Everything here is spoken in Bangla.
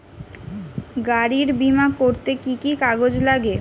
গাড়ীর বিমা করতে কি কি কাগজ লাগে?